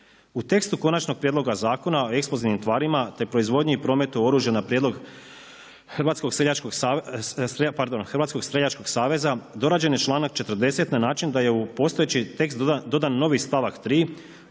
U tekstu Konačnoga prijedloga Zakona o eksplozivnim tvarima te proizvodnji i prometu oružja na prijedlog Hrvatskog streljačkog saveza dorađen je članak 40. na način da je u postojeći tekst dodan novi stavak 3.